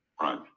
Right